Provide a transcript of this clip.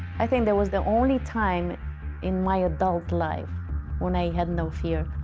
i think that was the only time in my adult life when i had no fear.